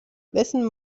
wessen